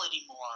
anymore